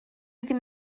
ddim